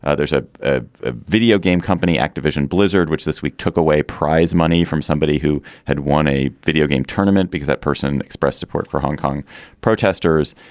ah there's ah ah a video game company activision blizzard which this week took away prize money from somebody who had won a videogame tournament because that person expressed support for hong kong protesters.